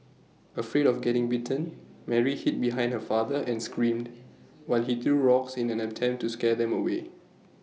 afraid of getting bitten Mary hid behind her father and screamed while he threw rocks in an attempt to scare them away